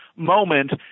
moment